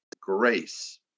grace